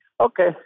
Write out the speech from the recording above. okay